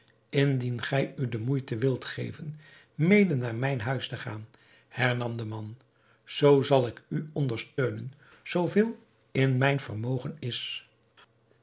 indien gij u de moeite wilt geven mede naar mijn huis te gaan hernam de man zoo zal ik u ondersteunen zoo veel in mijn vermogen is